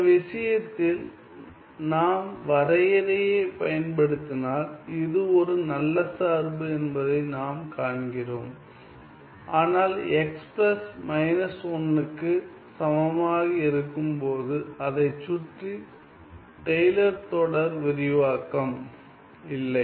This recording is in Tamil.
இந்த விஷயத்தில் நாம் வரையறையைப் பயன்படுத்தினால் இது ஒரு நல்ல சார்பு என்பதை நாம் காண்கிறோம் ஆனால் x பிளஸ் மைனஸ் 1 க்கு சமமாக இருக்கும் போது அதைச் சுற்றி டெய்லர் தொடர் விரிவாக்கம் இல்லை